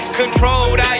controlled